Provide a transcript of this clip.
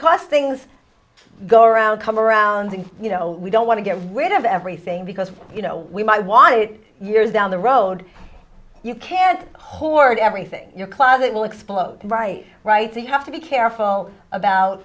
e things go around come around and you know we don't want to get rid of everything because you know we might want it years down the road you can't hoard everything in your closet will explode right right so you have to be careful about